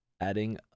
Adding